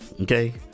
okay